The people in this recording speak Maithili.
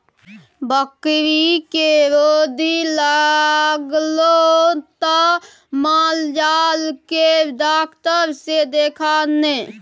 बकरीके रौदी लागलौ त माल जाल केर डाक्टर सँ देखा ने